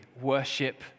worship